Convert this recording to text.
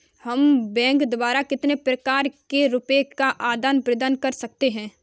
हम बैंक द्वारा कितने प्रकार से रुपये का आदान प्रदान कर सकते हैं?